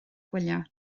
gwyliau